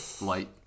Light